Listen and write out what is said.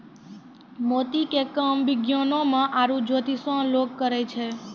मोती के काम विज्ञानोॅ में आरो जोतिसें लोग करै छै